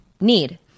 need